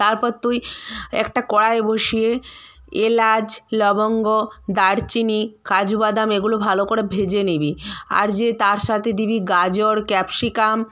তারপর তুই একটা কড়ায় বসিয়ে এলাচ লবঙ্গ দারচিনি কাজু বাদাম এগুলো ভালো করে ভেজে নিবি আর যে তার সাথে দিবি গাজর ক্যাপসিকাম